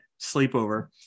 sleepover